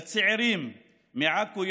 שלצעירים מעכו,